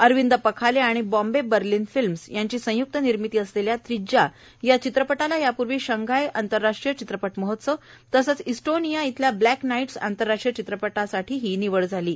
अरविंद पखाले आणि Bombay Berlin films यांची संयुक्त निर्मिती असलेल्या त्रिज्या या चित्रपटाला यापूर्वी शंघाई आंतरराष्ट्रीय चित्रपट महोत्सव तसंच इस्टोनिया इथल्या ब्लक्क नाईटस् आंतरराष्ट्रीय चित्रपटासाठी निवड झालेली आहे